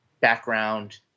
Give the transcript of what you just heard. background